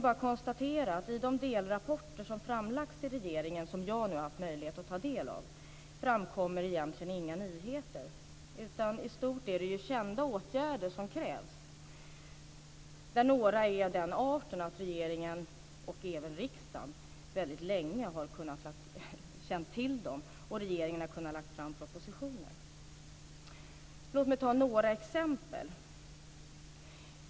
Jag konstaterar bara att i de delrapporter som avgetts av regeringen och som jag har haft möjlighet att ta del av framkommer det egentligen inga nyheter. Till stor del är det kända åtgärder som krävs, och några är av den arten att regeringen och även riksdagen väldigt länge har känt till dem. Därför borde regeringen ha kunnat lägga fram propositioner. Låt mig ta några exempel.